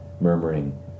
murmuring